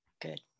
Good